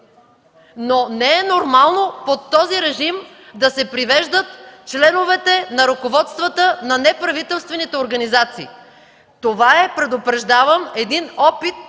но не е нормално под този режим да се привеждат членовете на ръководствата на неправителствените организации. Това е, предупреждавам, един опит